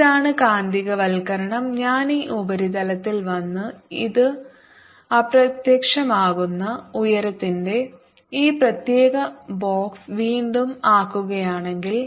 ഇതാണ് കാന്തികവൽക്കരണം ഞാൻ ഈ ഉപരിതലത്തിൽ വന്ന് ഇത് അപ്രത്യക്ഷമാകുന്ന ഉയരത്തിന്റെ ഈ പ്രത്യേക ബോക്സ് വീണ്ടും ആക്കുകയാണെങ്കിൽ